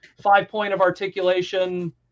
five-point-of-articulation